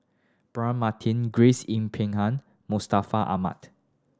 Braema Mathi Grace Yin Peck Ha Mustaq Ahmad